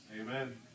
Amen